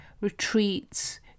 retreats